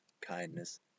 kindness